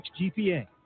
GPA